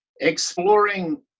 exploring